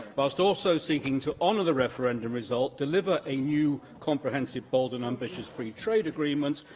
whilst also seeking to honour the referendum result, deliver a new comprehensive, bold and ambitious free trade agreement,